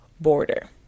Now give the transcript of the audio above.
border